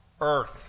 earth